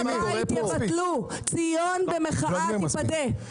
ציון במחאה תפדה.